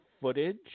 footage